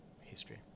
history